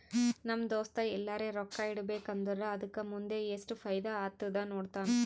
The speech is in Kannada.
ನಮ್ ದೋಸ್ತ ಎಲ್ಲರೆ ರೊಕ್ಕಾ ಇಡಬೇಕ ಅಂದುರ್ ಅದುಕ್ಕ ಮುಂದ್ ಎಸ್ಟ್ ಫೈದಾ ಆತ್ತುದ ನೋಡ್ತಾನ್